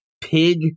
pig